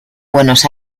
buenos